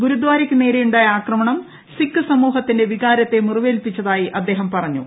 ഗുരുദാരയ്ക്കുനേരെയുണ്ടായ ആക്രമണം സിഖ് സമൂഹത്തിന്റെ വികാരത്തെ മുറിവേൽപ്പിച്ചതായി അദ്ദേഹം പറഞ്ഞു